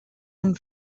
and